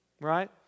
right